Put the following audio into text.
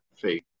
faith